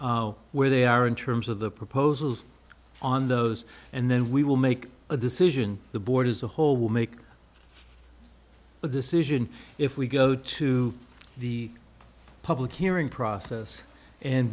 where they are in terms of the proposals on those and then we will make a decision the board is a whole will make decision if we go to the public hearing process and